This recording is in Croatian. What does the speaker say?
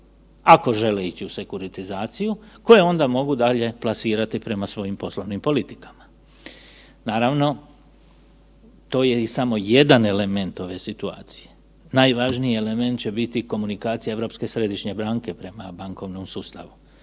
ako žele ići u sekuritizaciju, koju onda mogu dalje plasirati prema svojim poslovnim politikama. Naravno, to je i samo jedan element ove situacije. Najvažniji element će biti komunikacije Europske središnje banke prema bankovnom sustavu.